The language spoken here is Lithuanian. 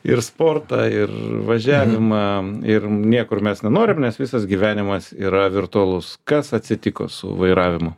ir sportą ir važiavimą ir niekur mes nenorim nes visas gyvenimas yra virtualus kas atsitiko su vairavimu